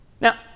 Now